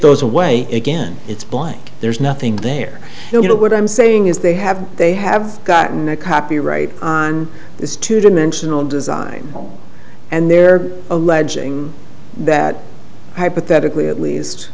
those away again it's blank there's nothing there you know what i'm saying is they have they have gotten a copyright on this two dimensional design and they're alleging that hypothetically at least